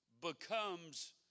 becomes